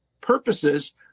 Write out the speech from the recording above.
purposes